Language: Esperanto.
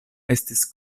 estis